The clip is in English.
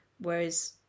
Whereas